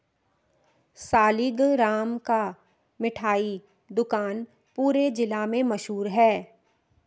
सालिगराम का मिठाई दुकान पूरे जिला में मशहूर है